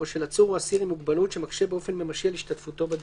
או של עצור או אסיר עם מוגבלות שמקשה באופן ממשי על השתתפותו בדיון.